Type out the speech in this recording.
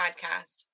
podcast